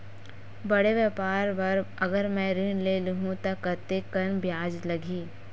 बड़े व्यापार बर अगर मैं ऋण ले हू त कतेकन ब्याज लगही?